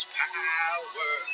power